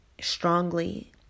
strongly